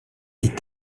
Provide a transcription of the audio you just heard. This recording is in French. est